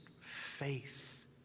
faith